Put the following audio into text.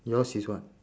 yours is what